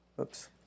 oops